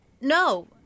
No